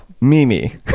Mimi